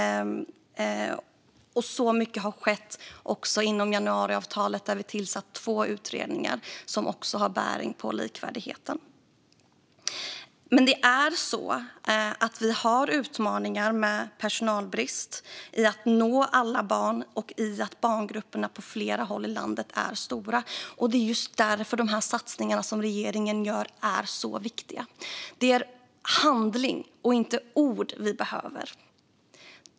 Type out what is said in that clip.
Mycket har skett. Genom januariavtalet har vi även tillsatt två utredningar, som också har bäring på likvärdigheten. Men det finns utmaningar med personalbrist, med att nå alla barn och med att barngrupperna på flera håll i landet är stora. Just därför är satsningarna som regeringen gör så viktiga. Det är handling och inte ord som behövs.